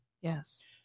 Yes